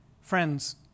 Friends